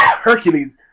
Hercules